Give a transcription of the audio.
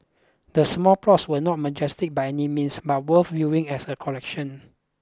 the small plots were not majestic by any means but worth viewing as a collection